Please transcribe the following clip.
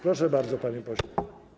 Proszę bardzo, panie pośle.